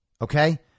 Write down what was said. okay